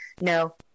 no